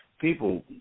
people